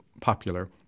popular